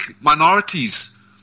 minorities